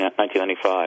1995